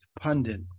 pundit